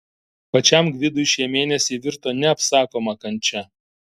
pačiam gvidui šie mėnesiai virto neapsakoma kančia